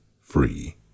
free